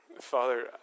Father